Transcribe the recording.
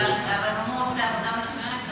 אבל גם הוא עושה עבודה מצוינת.